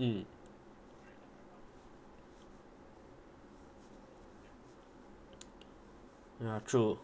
mm ya true